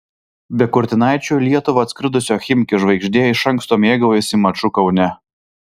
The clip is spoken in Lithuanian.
be kurtinaičio į lietuvą atskridusio chimki žvaigždė iš anksto mėgaujasi maču kaune